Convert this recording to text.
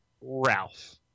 Ralph